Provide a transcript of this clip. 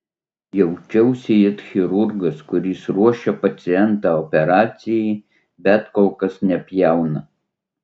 jaučiausi it chirurgas kuris ruošia pacientą operacijai bet kol kas nepjauna